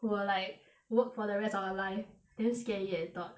we'll like work for the rest of your life damn scary eh the thought